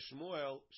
Shmuel